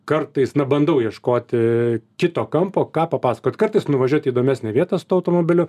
kartais na bandau ieškoti kito kampo ką papasakot kartais nuvažiuot į įdomesnę vietą su tuo automobiliu